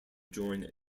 join